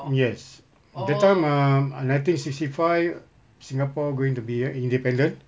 yes but that time um nineteen sixty five singapore going to be uh independent